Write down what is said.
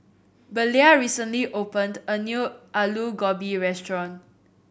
Belia recently opened a new Alu Gobi restaurant